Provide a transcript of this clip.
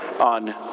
on